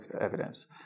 evidence